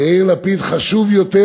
ליאיר לפיד חשוב יותר,